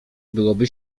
byłoby